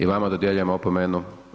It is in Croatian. I vama dodjeljujem opomenu.